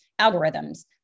algorithms